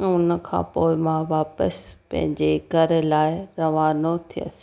ऐं उन खां पोइ मां वापसि पंहिंजे घर लाइ रवानो थियसि